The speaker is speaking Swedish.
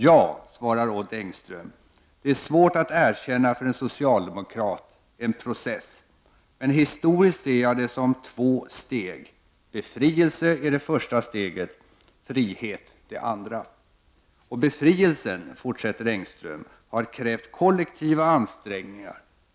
Ja, svarar Odd Engström. Det är svårt att erkänna för en socialdemokrat, en process. Men historiskt ser jag det som två steg: befrielse är det första steget, frihet det andra. Och befrielsen — fortsätter Engström — har krävt kollektiva ansträngningar.